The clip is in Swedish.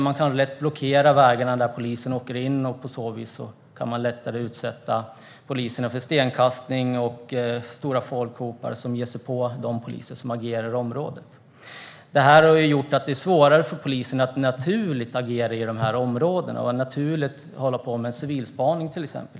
Man kan lätt blockera vägarna där polisen åker in och kan på så vis lättare utsätta poliserna för stenkastning och stora folkhopar som ger sig på de poliser som agerar i området. Det här har gjort att det är svårare för polisen att agera naturligt i de här områdena och att naturligt hålla på med till exempel civilspaning där.